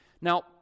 Now